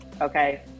Okay